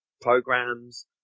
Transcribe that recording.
programs